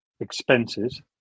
expenses